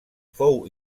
fou